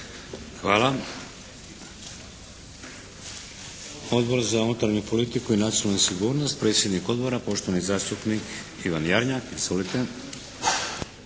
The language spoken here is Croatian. Hvala. Odbor za unutarnju politiku i nacionalnu sigurnost, predsjednik Odbora poštovani zastupnik Ivan Jarnjak.